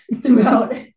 throughout